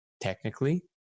Technically